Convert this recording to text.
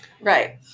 right